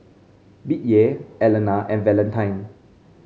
Bettye Elana and Valentine